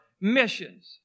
missions